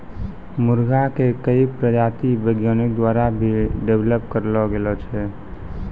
मुर्गा के कई प्रजाति वैज्ञानिक द्वारा भी डेवलप करलो गेलो छै